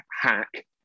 hack